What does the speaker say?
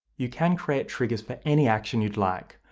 you can create triggers for any action you'd like,